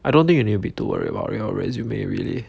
I don't think you need to be too worried your resume really